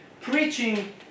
preaching